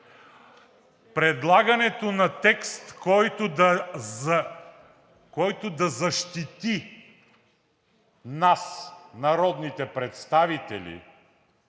Предлагането на текст, който да защити нас, народните представители,